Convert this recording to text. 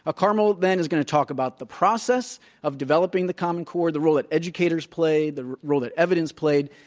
ah carmel then is going to talk about the process of developing the common core, the role that educators play, the role that evidence played,